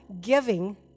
giving